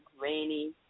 rainy